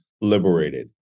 liberated